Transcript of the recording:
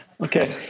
okay